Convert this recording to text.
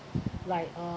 like uh